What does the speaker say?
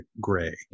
Gray